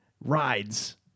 rides